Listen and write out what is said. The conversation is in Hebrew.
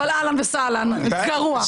אבל אהלן וסהלן - גרוע.